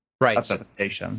Right